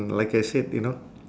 like I said you know